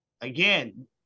Again